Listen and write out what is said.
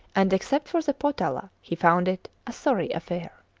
and except for the potala he found it a sorry affair.